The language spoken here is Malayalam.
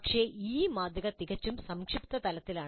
പക്ഷേ ഈ മാതൃക തികച്ചും സംക്ഷിപ്തതലത്തിലാണ്